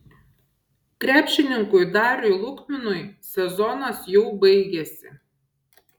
krepšininkui dariui lukminui sezonas jau baigėsi